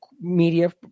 media